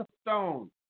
stone